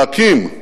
להקים,